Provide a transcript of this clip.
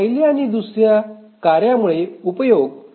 पहिल्या आणि दुसऱ्या कार्यामुळे उपयोग 0